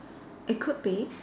it could be